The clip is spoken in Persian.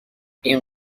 این